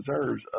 deserves